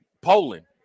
Poland